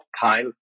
pile